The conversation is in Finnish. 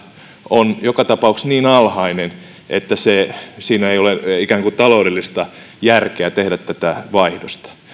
on joka tapauksessa niin alhainen että siinä ei ole ikään kuin taloudellista järkeä tehdä tätä vaihdosta